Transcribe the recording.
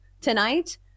tonight